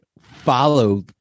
follow